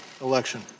election